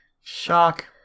Shock